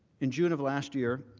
in june of last year